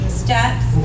steps